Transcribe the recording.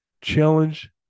Challenge